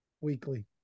weekly